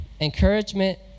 encouragement